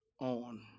on